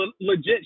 legit